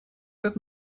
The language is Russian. как